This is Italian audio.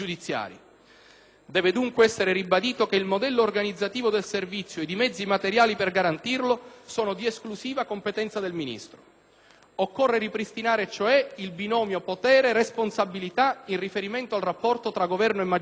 Deve, dunque, essere ribadito che il modello organizzativo del servizio ed i mezzi materiali per garantirlo sono di esclusiva competenza del Ministro. Occorre ripristinare cioè il binomio potere-responsabilità in riferimento al rapporto tra Governo e magistrati;